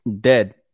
Dead